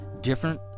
different